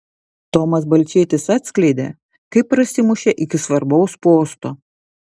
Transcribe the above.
tomas balčėtis atskleidė kaip prasimušė iki svarbaus posto